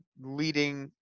leading